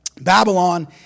Babylon